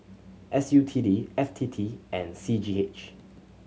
S U T D F T T and C G H